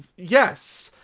yes